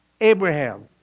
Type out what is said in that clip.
Abraham